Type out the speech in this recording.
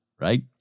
right